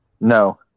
No